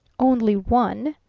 only one?